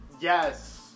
Yes